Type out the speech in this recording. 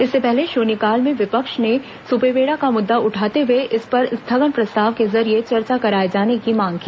इससे पहले शून्यकाल में विपक्ष ने सुपेबेड़ा का मुद्दा उठाते हुए इस पर स्थगन प्रस्ताव के जरिये चर्चा कराए जाने की मांग की